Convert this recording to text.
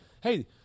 hey